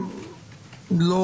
אז מה?